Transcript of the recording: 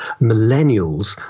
millennials